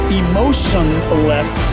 emotionless